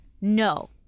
no